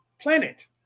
planet